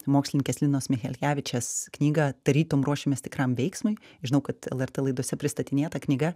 mokslininkės linos michelkevičės knygą tarytum ruošiamės tikram veiksmui žinau kad lrt laidose pristatinėta knyga